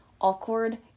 awkward